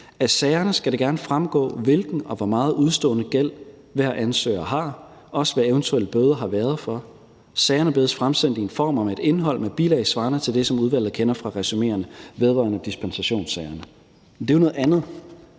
Af sagerne skal det gerne fremgå, hvilken og hvor meget udestående gæld, hver ansøger har – også hvad eventuelle bøder har været for. Sagerne bedes fremsendt i en form og med et indhold med bilag svarende til det, som udvalget kender fra resuméerne vedrørende dispensationssagerne.« Det er noget andet.